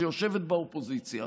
שיושבת באופוזיציה,